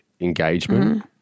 engagement